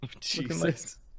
Jesus